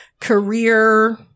career